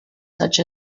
such